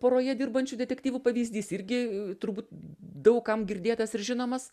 poroje dirbančių detektyvų pavyzdys irgi turbūt daug kam girdėtas ir žinomas